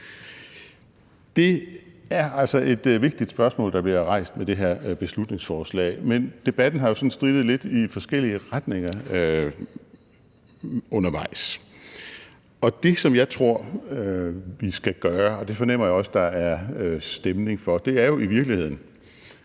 Det er altså et vigtigt spørgsmål, der bliver rejst med det her beslutningsforslag, men debatten har jo sådan strittet lidt i forskellige retninger undervejs. Det, jeg tror vi skal gøre, og det fornemmer jeg også at der er stemning for, er jo i virkeligheden